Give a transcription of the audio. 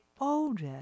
older